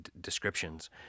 descriptions